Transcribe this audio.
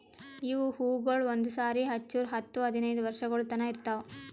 ಇವು ಹೂವುಗೊಳ್ ಒಂದು ಸಾರಿ ಹಚ್ಚುರ್ ಹತ್ತು ಹದಿನೈದು ವರ್ಷಗೊಳ್ ತನಾ ಇರ್ತಾವ್